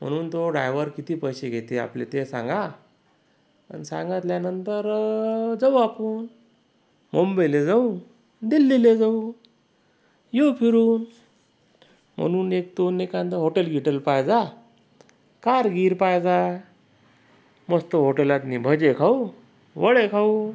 म्हणून तो डायव्हर किती पैसे घेते आपले ते सांगा आणि सांगितल्यानंतर जाऊ आपण मुंबईला जाऊ दिल्लीला जाऊ येऊ फिरून म्हणून एक दोन् एखादं हॉटेल गिटेल पाह्यजा कार गिर पाह्यजा मस्त हॉटेलातनी भजे खाऊ वडे खाऊ